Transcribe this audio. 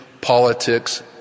politics